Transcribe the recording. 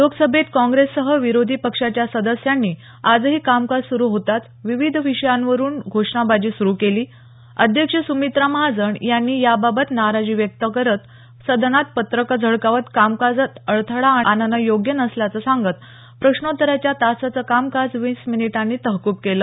लोकसभेत काँग्रेससह विरोधी पक्षाच्या सदस्यांनी आजही कामकाज सुरू होताच विविध विषयावरून घोषणाबाजी सुरू केली अध्यक्ष सुमित्रा महाजन यांनी याबाबत नाराजी व्यक्त करत सदनात पत्रकं झळकावत कामकाजात अडथळा आणणं योग्य नसल्याचं सांगत प्रश्नोत्तराच्या तासाचं कामकाज वीस मिनिटांसाठी तहकूब केलं